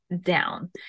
down